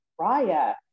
Raya